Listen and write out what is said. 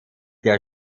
der